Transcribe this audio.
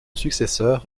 successeur